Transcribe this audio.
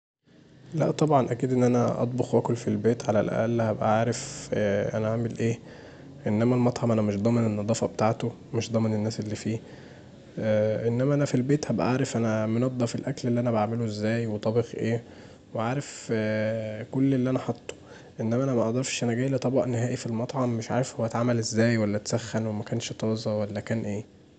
لأ طبعا، اكيد ان انا أطبخ وآكل في البيت علي الأقل ابقي عارف انا عامل ايه انما المطعم انا مش ضامن النضافه بتاعته، مش ضامن الناس اللي فيه، انما انا في البيت هبقي عارف انا منضف الأكل اللي انا بعمله ازاي وطابخ ايه وعارف كل اللي انر حاطه، انما انا مقدرش جايلي طبق نهائي في المطعم مش عارفه هو اتعمل ازاي ولا اتسخن ومكانش طازه ولا كان ايه.